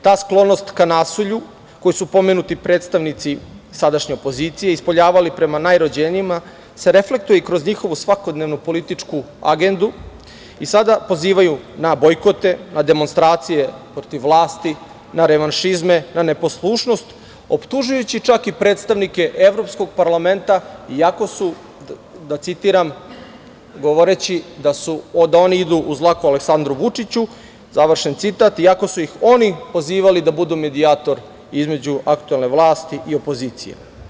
Ta sklonost ka nasilju koju su pomenuti predstavnici sadašnje opozicije ispoljavali prema najrođenijima se reflektuje i kroz njihovu svakodnevnu političku agendu i sada pozivaju na bojkote, demonstracije protiv vlasti, na revanšizme, na neposlušnost, optužujući čak i predstavnike Evropskog parlamenta, iako su, da citiram, govoreći da oni idu uz dlaku Aleksandru Vučiću, završen citat, iako su ih oni pozivali da budu medijator između aktuelne vlasti i opozicije.